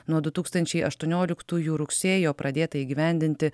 nuo du tūkstančiai aštuonioliktųjų rugsėjo pradėtą įgyvendinti